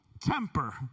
Temper